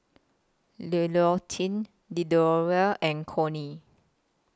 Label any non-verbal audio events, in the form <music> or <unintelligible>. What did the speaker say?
<unintelligible> and Connie